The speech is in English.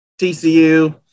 TCU